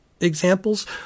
examples